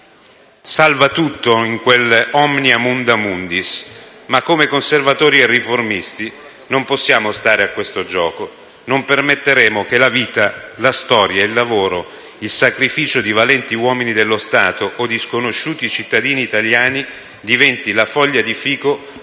nel concetto di «*omnia munda mundis»*, ma come Conservatori e riformisti non possiamo stare a questo gioco e non permetteremo che la vita, la storia, il lavoro e il sacrificio di valenti uomini dello Stato o di sconosciuti cittadini italiani diventi la foglia di fico